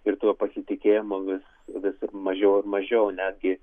ir to pasitikėjimo vis vis ir mažiau ir mažiau netgi